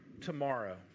tomorrow